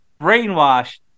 brainwashed